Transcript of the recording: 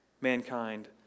mankind